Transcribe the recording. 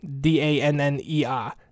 D-A-N-N-E-R